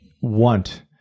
want